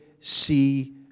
see